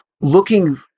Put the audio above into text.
looking